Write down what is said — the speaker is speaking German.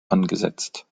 angesetzt